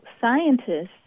scientists